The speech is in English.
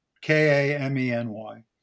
K-A-M-E-N-Y